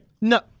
No